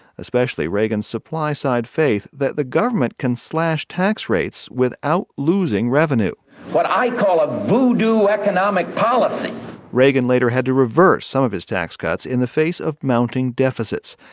especially reagan's supply-side faith that the government can slash tax rates without losing revenue what i call a voodoo economic policy reagan later had to reverse some of his tax cuts in the face of mounting deficits.